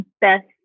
best